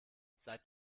seit